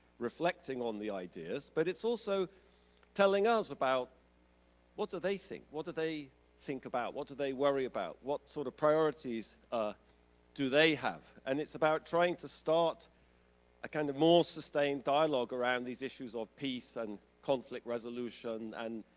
reflecting on the ideas, but it's also telling us about what do they think. what do they think about? what do they worry about? what sort of priorities ah do they have? and it's about trying to start a kind of more sustained dialogue around these issues of peace and conflict resolution, and